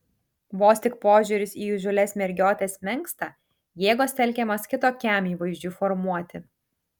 vos tik požiūris į įžūlias mergiotes menksta jėgos telkiamos kitokiam įvaizdžiui formuoti